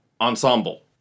ensemble